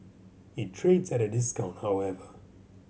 it trades at a discount however